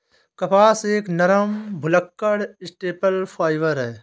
कपास एक नरम, भुलक्कड़ स्टेपल फाइबर है